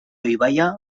ibaia